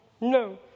No